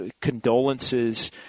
condolences